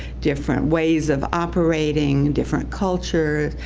different ways of operating, and different culture.